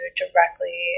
directly